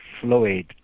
fluid